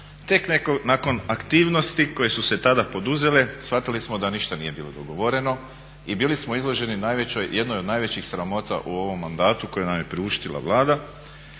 Tek nakon aktivnosti koje su se tada poduzele shvatili smo da ništa nije bilo dogovoreno i bili smo izloženi jednoj od najvećih sramota u ovom mandatu koji nam je priuštila Vlada